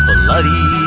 bloody